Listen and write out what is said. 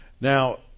Now